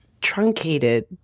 truncated